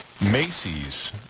Macy's